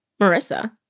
Marissa